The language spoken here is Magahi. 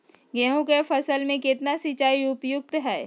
गेंहू के फसल में केतना सिंचाई उपयुक्त हाइ?